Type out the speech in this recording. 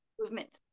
movement